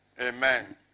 Amen